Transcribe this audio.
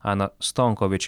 aną stonkovič